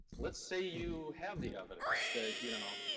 let's say you have the evidence that, you know,